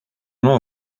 non